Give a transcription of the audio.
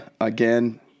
again